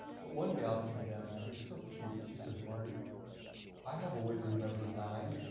but one gal came down, and it was so cute, she says marty i have a way to remember nine.